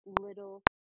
little